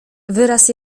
wyraz